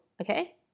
okay